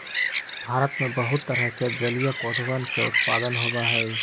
भारत में बहुत तरह के जलीय पौधवन के उत्पादन होबा हई